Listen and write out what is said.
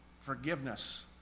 forgiveness